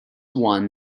won